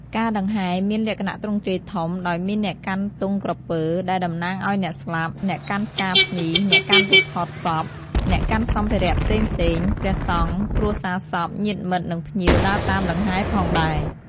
ការដង្ហែរមានលក្ខណៈទ្រង់ទ្រាយធំ ដោយមានអ្នកកាន់ទង់ក្រពើ ដែលតំណាងឲ្យអ្នកស្លាប់ អ្នកកាន់ផ្កាភ្ញី អ្នកកាន់រូបថតសព អ្នកកាន់សម្ភារៈផ្សេងៗ ព្រះសង្ឃ គ្រួសារសព ញាតិមិត្ត និងភ្ញៀវដើរតាមដង្ហែរផងដែរ។